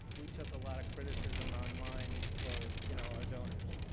we took a lot of criticism online for you know our donors.